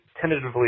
tentatively